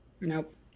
nope